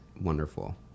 wonderful